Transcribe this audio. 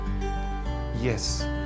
yes